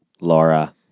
Laura